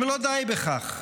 אם לא די בכך,